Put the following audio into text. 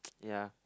ya